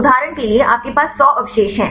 उदाहरण के लिए आपके पास 100 अवशेष हैं